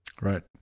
right